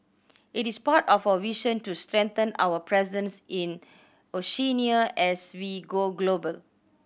it is part of our vision to strengthen our presence in Oceania as we go global